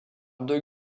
deux